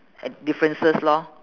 differences lor